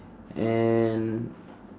and